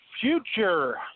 future